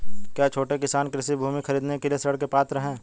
क्या छोटे किसान कृषि भूमि खरीदने के लिए ऋण के पात्र हैं?